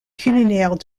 culinaires